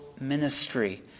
ministry